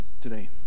today